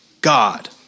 God